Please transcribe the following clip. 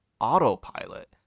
Autopilot